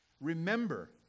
remember